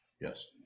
Yes